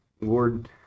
Lord